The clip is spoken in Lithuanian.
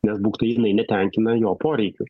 nes būktai jinai netenkina jo poreikių